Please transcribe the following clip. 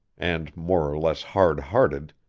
and more or less hard-hearted,